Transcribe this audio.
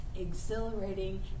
exhilarating